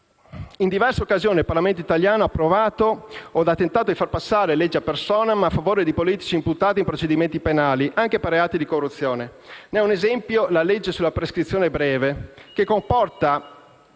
«In diverse occasioni il Parlamento italiano ha approvato o ha tentato di far passare leggi *ad personam* a favore di politici imputati in procedimenti penali, anche per reati di corruzione. Ne è un esempio la legge sulla prescrizione breve, che comporta